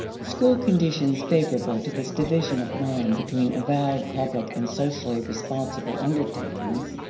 school conditions favorable to this division of mind between avowed, public, and socially responsible undertakings,